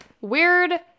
weird